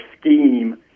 scheme